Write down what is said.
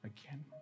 again